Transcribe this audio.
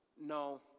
no